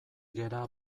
gera